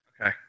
Okay